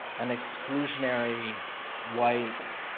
an exclusionary white